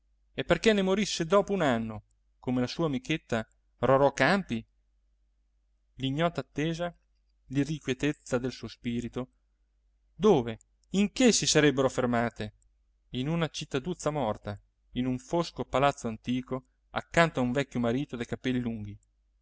e perché ne morisse dopo un anno come la sua amichetta rorò campi l'ignota attesa l'irrequietezza del suo spirito dove in che si sarebbero fermate in una cittaduzza morta in un fosco palazzo antico accanto a un vecchio marito dai capelli lunghi